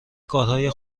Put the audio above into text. کارهای